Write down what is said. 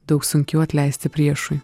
daug sunkiau atleisti priešui